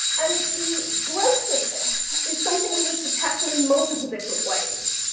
and the growth of this is something we need to tackle in multiple different ways.